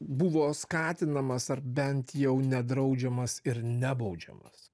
buvo skatinamas ar bent jau nedraudžiamas ir nebaudžiamas